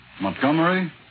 Montgomery